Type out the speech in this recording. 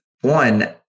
one